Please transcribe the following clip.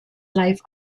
live